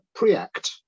preact